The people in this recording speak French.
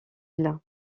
îles